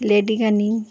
লেডিকেনি